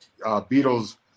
Beatles